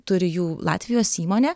turi jų latvijos įmonė